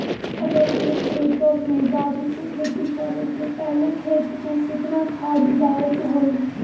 अगर एक एकर में गाजर के खेती करे से पहले खेत में केतना खाद्य डाले के होई?